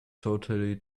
totally